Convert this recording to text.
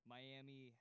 Miami